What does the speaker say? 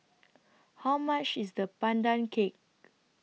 How much IS The Pandan Cake